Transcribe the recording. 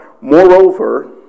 Moreover